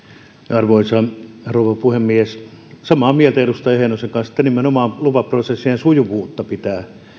arvoisa rouva puhemies samaa mieltä edustaja heinosen kanssa että nimenomaan lupaprosessien sujuvuutta pitää